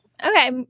Okay